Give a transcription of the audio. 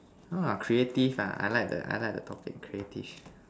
ha creative ah I like the I like the topic creative